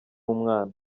umwana